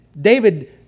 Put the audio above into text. David